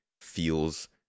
feels